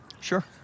Sure